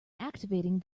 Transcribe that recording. activating